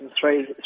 three